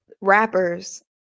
rappers